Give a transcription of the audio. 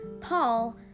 Paul